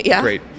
great